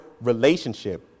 relationship